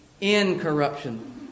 incorruption